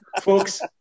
folks